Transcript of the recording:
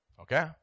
Okay